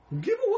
giveaway